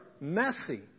messy